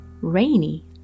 Rainy